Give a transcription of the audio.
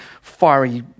fiery